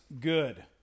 good